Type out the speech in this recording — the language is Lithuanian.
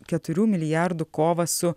keturių milijardų kovą su